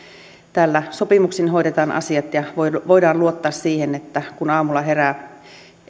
täällä sopimuksin hoidetaan asiat ja voidaan luottaa siihen että kun aamulla herää